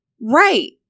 Right